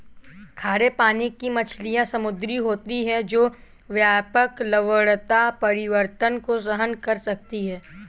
खारे पानी की मछलियाँ समुद्री होती हैं जो व्यापक लवणता परिवर्तन को सहन कर सकती हैं